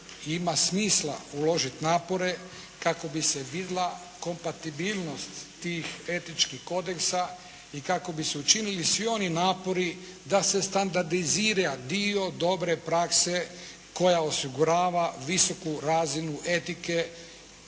ima smisla uložiti napore kako bi se vidjela kompatibilnost tih etičkih kodeksa i kako bi se učinili svi oni napori da se standardizira dio dobre prakse koja osigurava visoku razinu etike